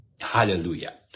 Hallelujah